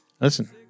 Listen